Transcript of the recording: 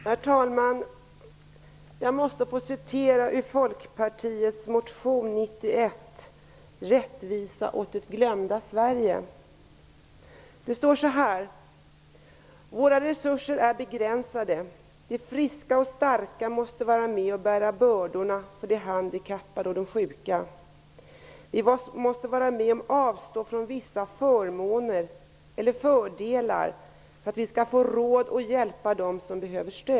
Herr talman! Jag måste få citera ur Folkpartiets motion 1991, Rättvisa åt det glömda Sverige. Det står så här: Våra resurser är begränsade. De friska och starka måste vara med och bära bördorna för de handikappade och de sjuka. De måste vara med om att avstå från vissa fördelar för att vi skall få råd att hjälpa dem som behöver stöd.